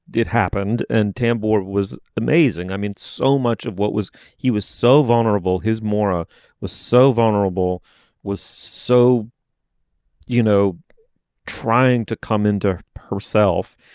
it happened and tambor was amazing. i mean so much of what was he was so vulnerable his maura was so vulnerable was so you know trying to come into her self.